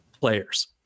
players